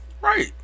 Right